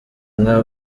inka